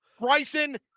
Bryson